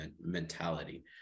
mentality